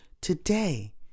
today